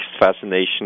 fascination